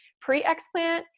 Pre-explant